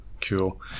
cool